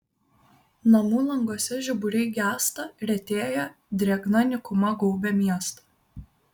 namų languose žiburiai gęsta retėja drėgna nykuma gaubia miestą